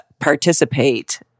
participate